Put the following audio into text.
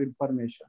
information